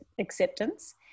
acceptance